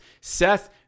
Seth